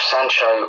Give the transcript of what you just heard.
Sancho